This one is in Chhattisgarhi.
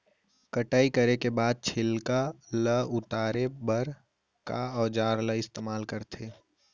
कटाई करे के बाद छिलका ल उतारे बर का औजार ल इस्तेमाल करथे?